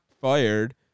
fired